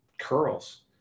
curls